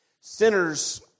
Sinners